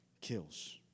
kills